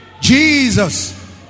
Jesus